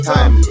Time